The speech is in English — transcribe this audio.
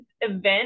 event